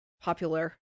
popular